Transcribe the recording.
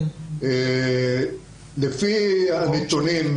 לפי הנתונים,